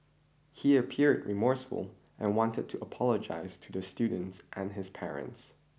he appeared remorseful and wanted to apologise to the student and his parents